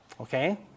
Okay